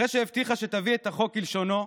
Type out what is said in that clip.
אחרי שהבטיחה שתביא את החוק כלשונו,